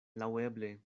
laŭeble